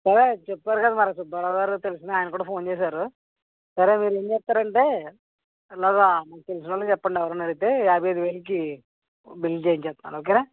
సరే అయితే చెప్పారుగా కదా మరి సుబ్బారావుగారు తెలిసినాయన అయన కూడా ఫోన్ చేశారు సరే మీరేం చేస్తారంటే ఇలాగా మీకు తెలిసిన వాళ్ళకి చెప్పండి ఎవరన్నా అడిగితే యాబై ఐదు వేలుకి బిల్ చేయించేస్తాను ఓకేనా